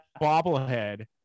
bobblehead